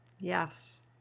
Yes